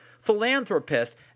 philanthropist